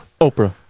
Oprah